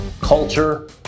culture